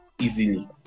Easily